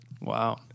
Wow